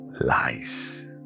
lies